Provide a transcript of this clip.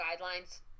guidelines